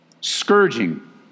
Scourging